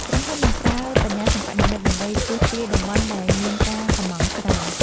ក្រុមហ៊ុននឹងប្រើ បញ្ញាសិប្បនិម្មិត ដើម្បីទស្សន៍ទាយតំបន់ដែលមានការកុម្ម៉ង់ច្រើន។